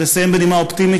לסיים בנימה אופטימית,